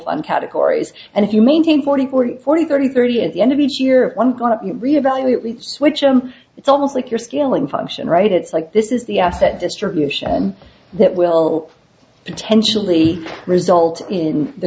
fund categories and if you maintain forty forty forty thirty thirty at the end of each year when going to reevaluate leif's which i'm it's almost like you're scaling function right it's like this is the asset distribution that will potentially result in the